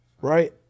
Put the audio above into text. right